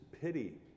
pity